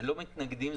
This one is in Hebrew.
לא מתנגדים.